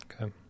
okay